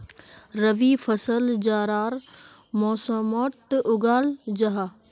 रबी फसल जाड़ार मौसमोट उगाल जाहा